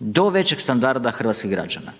do većeg standarda hrvatskih građana.